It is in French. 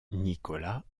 nicolas